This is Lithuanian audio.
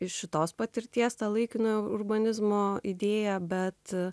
iš šitos patirties tą laikiną urbanizmo idėją bet